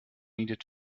needed